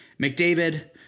McDavid